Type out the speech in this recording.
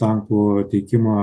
tankų teikimą